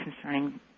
concerning